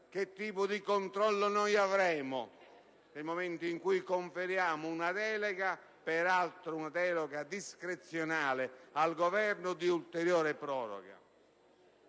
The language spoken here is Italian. che tipo di controllo avremo nel momento in cui conferiamo una delega, peraltro discrezionale, al Governo per un'ulteriore proroga.